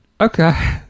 Okay